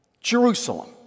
Jerusalem